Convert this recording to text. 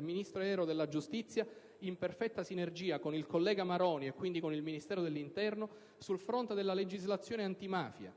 Ministero della giustizia, in perfetta sinergia con il collega Maroni, e quindi con il Ministero dell'interno, sul fronte della legislazione antimafia.